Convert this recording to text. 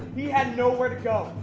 he had nowhere to go,